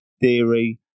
theory